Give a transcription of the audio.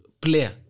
player